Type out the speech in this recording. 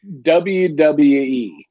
WWE